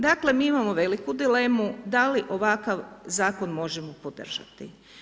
Dakle, mi imamo veliku dilemu da li ovakav zakon možemo podržati.